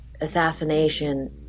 assassination –